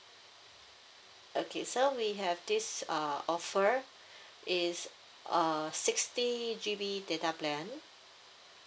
okay so we have this uh offer it's uh sixty G_B data plan